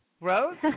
Rose